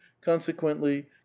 Consequently